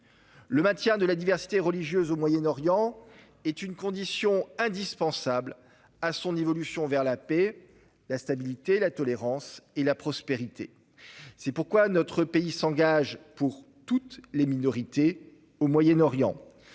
Le maintien de la diversité religieuse au Moyen-Orient est une condition indispensable à son évolution vers la paix, la stabilité, la tolérance et la prospérité. C'est pourquoi notre pays s'engage pour toutes les minorités au Moyen-Orient.